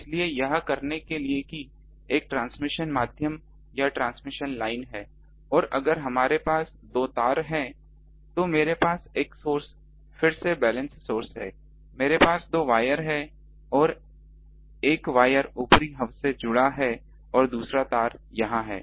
इसलिए यह करने के लिए कि एक ट्रांसमिशन माध्यम या ट्रांसमिशन लाइन है और अगर हमारे पास दो तार हैं तो मेरे पास एक सोर्स फिर से बैलेंस सोर्स है मेरे पास दो वायर हैं और एक वायर ऊपरी हब से जुड़ा है दूसरा तार यहाँ है